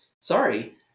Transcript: sorry